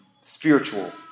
spiritual